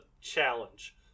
challenge